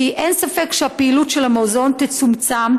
כי אין ספק שהפעילות של המוזיאון תצומצם.